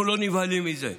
אנחנו לא נבהלים מזה,